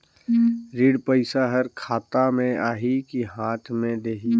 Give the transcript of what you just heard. ऋण पइसा हर खाता मे आही की हाथ मे देही?